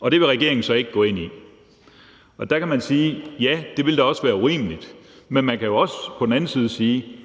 Og det vil regeringen så ikke gå ind i. Der kan man sige, at ja, det ville da også være urimeligt. Men man kan jo også på den anden side sige,